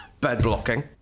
Bed-blocking